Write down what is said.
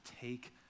take